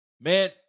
Man